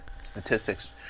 statistics